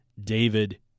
David